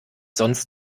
sonst